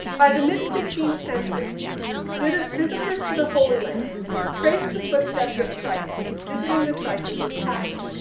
by the mid fifteenth century fit of visitors to the holy land trace the footsteps of christ visiting the sites of his passion.